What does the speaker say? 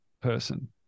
person